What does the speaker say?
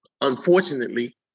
unfortunately